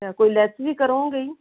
ਅੱਛਾ ਕੋਈ ਲੈਸ ਵੀ ਕਰੋਗੇ ਹੀ